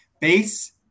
Base